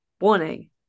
Warning